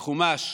בחומש,